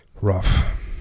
Rough